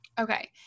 Okay